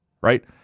right